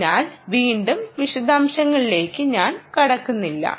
അതിനാൽ വീണ്ടും ആ വിശദാംശങ്ങളിലേക്ക് ഞാൻ കടക്കുന്നില്ല